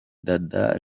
dada